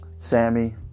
Sammy